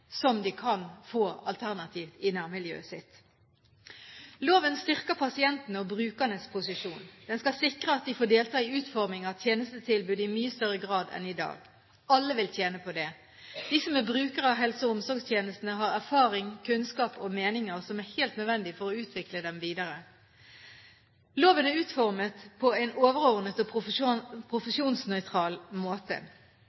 som de kan få alternativt i nærmiljøet sitt. Loven styrker pasientenes og brukernes posisjon. Den skal sikre at de får delta i utforming av tjenestetilbudet i mye større grad enn i dag. Alle vil tjene på det. De som er brukere av helse- og omsorgstjenester, har erfaring, kunnskap og meninger som er helt nødvendig for å utvikle dem videre. Loven er utformet på en overordnet og